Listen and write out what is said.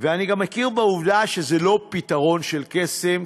ואני גם מכיר בעובדה שזה לא פתרון של קסם,